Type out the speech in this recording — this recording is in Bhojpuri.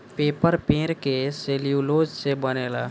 पेपर पेड़ के सेल्यूलोज़ से बनेला